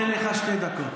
אני אתן לך שתי דקות.